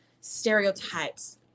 stereotypes